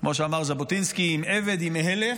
כמו שאמר ז'בוטינסקי, "אם עבד, אם הלך,